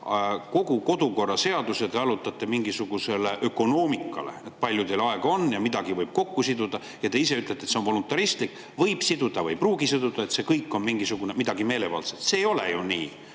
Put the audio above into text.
kogu kodukorraseaduse te allutate mingisugusele ökonoomiale, palju teil aega on ja mida võib kokku siduda. Ja te ise ütlete, et see on voluntaristlik – võib siduda, ei pruugi siduda –, et see kõik on midagi meelevaldset. See ei ole ju nii.